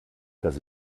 dass